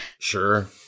Sure